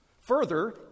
further